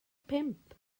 pump